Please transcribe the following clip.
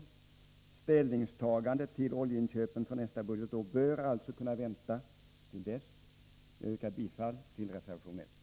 Ett ställningstagande till oljeinköpen för nästa budgetår bör alltså kunna vänta till dess. Jag yrkar bifall till reservation 1.